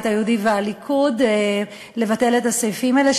היהודי והליכוד לבטל את הסעיפים האלה,